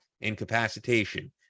incapacitation